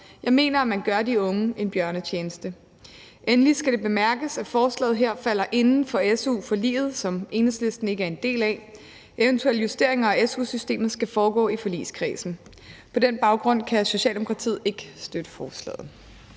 Jeg mener, at man gør de unge en bjørnetjeneste. Endelig skal det bemærkes, at forslaget her falder inden for su-forliget, som Enhedslisten ikke er en del af. Eventuelle justeringer af su-systemet skal foregå i forligskredsen. På den baggrund kan Socialdemokratiet ikke støtte forslaget.